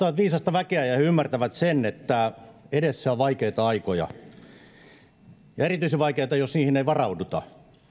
ovat viisasta väkeä ja he ymmärtävät sen että edessä on vaikeuksia erityisen vaikeita jos niihin ei varauduta